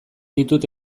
ditut